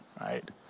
right